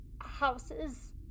houses